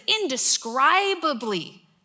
indescribably